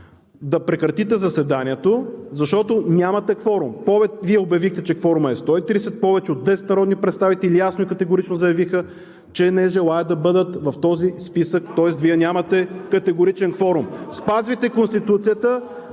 да прекратите заседанието, защото нямате кворум. Вие обявихте, че кворумът е 130. Повече от десет народни представители ясно и категорично заявиха, че не желаят да бъдат в този списък, тоест Вие нямате категоричен кворум. Спазвайте Конституцията,